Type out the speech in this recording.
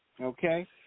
Okay